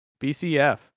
BCF